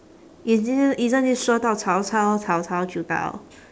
is it isn't this 说到曹操曹操就到